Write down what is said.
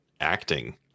acting